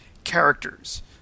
characters